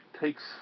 takes